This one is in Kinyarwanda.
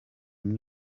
new